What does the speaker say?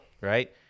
right